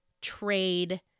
trade